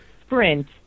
sprint